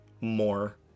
more